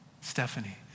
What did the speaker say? Stephanie